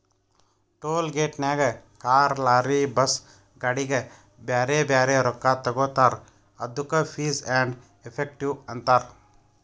toll ಗೇಟ್ನಾಗ್ car, lorry, bus, ಗಾಡಿಗ ಬ್ಯಾರೆ ಬ್ಯಾರೆ ರೊಕ್ಕಾ ತಗೋತಾರ್ ಅದ್ದುಕ ಫೀಸ್ ಆ್ಯಂಡ್ ಎಫೆಕ್ಟಿವ್ ಅಂತಾರ್